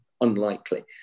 Unlikely